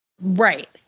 Right